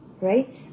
right